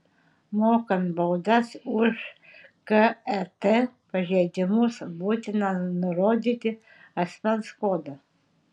mokant baudas už ket pažeidimus būtina nurodyti asmens kodą